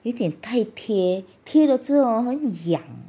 有点太贴贴了之后 hor 很痒